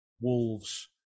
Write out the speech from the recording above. Wolves